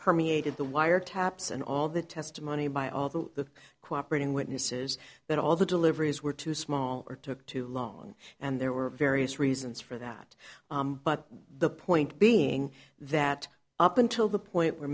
permeated the wire taps and all the testimony by all the cooperating witnesses that all the deliveries were too small or took too long and there were various reasons for that but the point being that up until the point where